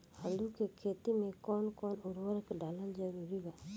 आलू के खेती मे कौन कौन उर्वरक डालल जरूरी बा?